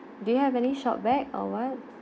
do you have any shop back or what